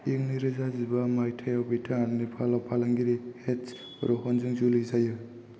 इं नैरोजा जिबा माइथायाव बिथाङा नेपालाव फालांगिरि हेत्श रहनजों जुलि जायो